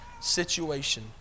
situation